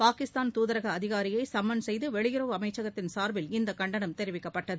பாகிஸ்தான் துதரக அதிகாரியை சம்மன் செய்து வெளியுறவு அமைச்சகத்தின் சாா்பில் இந்த கண்டனம் தெரிவிக்கப்பட்டது